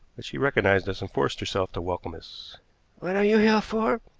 but she recognized us and forced herself to welcome us. what are you here for?